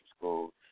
School